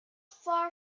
far